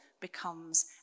becomes